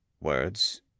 words